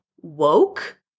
woke